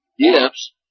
gifts